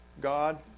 God